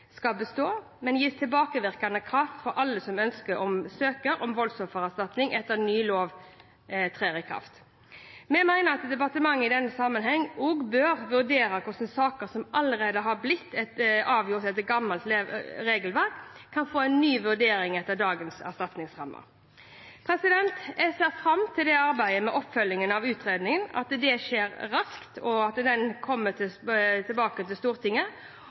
skal bestå, men gis tilbakevirkende kraft for alle som ønsker å søke om voldsoffererstatning etter at ny lov trer i kraft. Vi mener at departementet i denne sammenheng også bør vurdere om saker som allerede har blitt avgjort etter gammelt regelverk, kan få en ny vurdering etter dagens erstatningsrammer. Jeg ser fram til arbeidet med oppfølgingen av utredningen, at det skjer raskt, og at en kommer tilbake til Stortinget. Jeg vil oppfordre regjeringen til